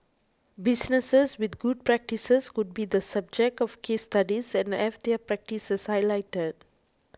businesses with good practices could be the subject of case studies and have their practices highlighted